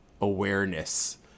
awareness